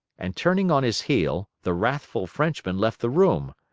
and turning on his heel, the wrathful frenchman left the room.